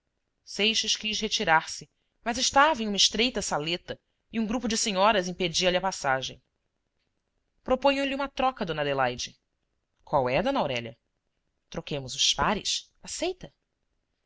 seixas quis retirar-se mas estava em uma estreita saleta e um grupo de senhoras impedia lhe a passagem proponho lhe uma troca d adelaide qual é d aurélia troquemos os pares aceita